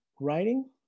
writing